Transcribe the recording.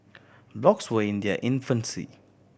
blogs were in their infancy